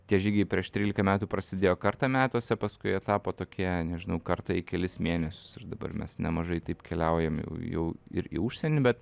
tie žygiai prieš trylika metų prasidėjo kartą metuose paskui jie tapo tokie nežinau kartą į kelis mėnesius ir dabar mes nemažai taip keliaujam jau jau ir į užsienį bet